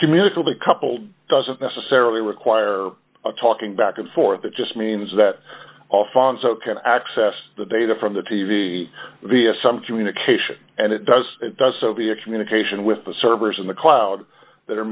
communicative coupled doesn't necessarily require a talking back and forth it just means that all fonso can access the data from the t v via some communication and it does it does so via communication with the servers in the cloud